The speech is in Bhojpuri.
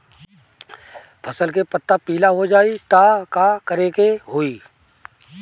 फसल के पत्ता पीला हो जाई त का करेके होई?